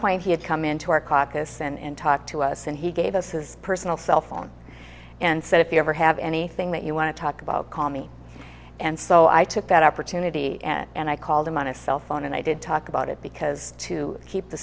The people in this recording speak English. point he had come into our caucus and talked to us and he gave us his personal cell phone and said if you ever have anything that you want to talk about call me and so i took that opportunity and i called him on his cell phone and i did talk about it because to keep the